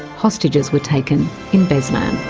hostages were taken in beslan.